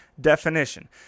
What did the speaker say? definition